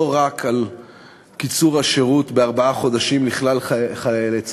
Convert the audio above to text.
לא רק על קיצור השירות בארבעה חודשים לכלל חיילי צה"ל.